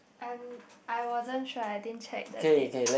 I'm I wasn't try I didn't check the date